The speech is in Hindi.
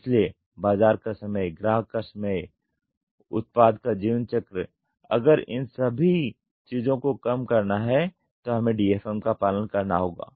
इसलिए बाजार का समय ग्राहक का समय उत्पाद का जीवनचक्र अगर इन सभी चीजों को कम करना है तो हमें DFM का पालन करना होगा